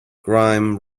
grime